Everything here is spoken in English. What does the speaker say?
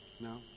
No